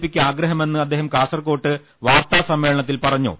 പിക്ക് ആഗ്ര ഹ മെന്ന് അദ്ദേഹം കാസർകോട്ട് വാർത്താ സമ്മേളനത്തിൽ പറഞ്ഞു